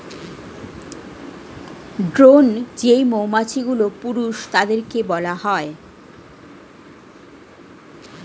drone যেই মৌমাছিগুলো, পুরুষ তাদেরকে বলা হয়